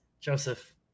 joseph